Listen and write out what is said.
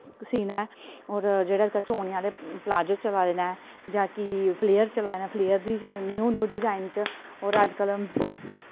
सीना ऐ होर जेह्ड़े इक चौने आह्ले प्लाजो चला'रदे न जां कि फ्लेयर चला'रदे न फ्लेयर दी न्यू न्यू डिजाइन च होर अजकल्ल